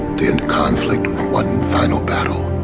to end conflict with one final battle.